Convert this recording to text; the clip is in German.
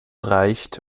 reicht